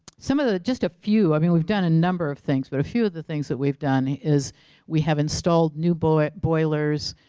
some of the, just a few i mean we've done a number of things but a few of the things that we've done is we have installed new boilers,